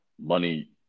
money